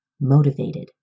motivated